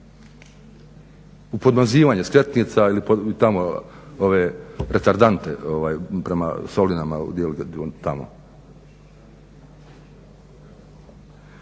U podmazivanje skretnica ili tamo retardante prema Solinama, tamo. Klub